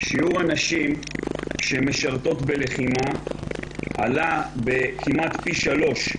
שיעור הנשים שמשרתות בלחימה עלה כמעט פי שלושה.